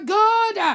good